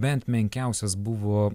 bent menkiausias buvo